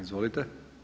Izvolite!